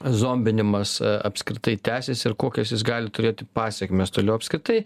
zombinimas apskritai tęsėsi ir kokias jis gali turėti pasekmes toliau apskritai